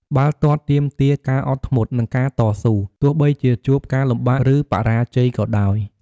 បាល់ទាត់ទាមទារការអត់ធ្មត់ និងការតស៊ូ ទោះបីជាជួបការលំបាក ឬបរាជ័យក៏ដោយ។